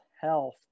health